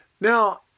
Now